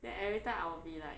then everytime I will be like